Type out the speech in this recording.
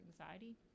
anxiety